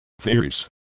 Theories